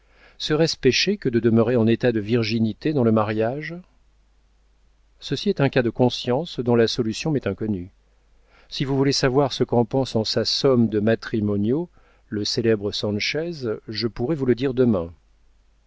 serait-ce pécher que de demeurer en état de virginité dans le mariage ceci est un cas de conscience dont la solution m'est inconnue si vous voulez savoir ce qu'en pense en sa somme de matrimonio le célèbre sanchez je pourrai vous le dire demain